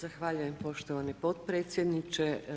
Zahvaljujem poštovani potpredsjedniče.